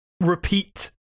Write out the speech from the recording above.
repeat